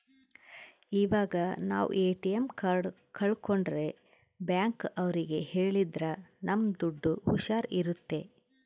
ಇವಾಗ ನಾವ್ ATM card ಕಲ್ಕೊಂಡ್ರೆ ಬ್ಯಾಂಕ್ ಅವ್ರಿಗೆ ಹೇಳಿದ್ರ ನಮ್ ದುಡ್ಡು ಹುಷಾರ್ ಇರುತ್ತೆ